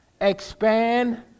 expand